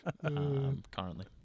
currently